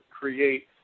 create